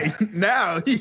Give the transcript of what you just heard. Now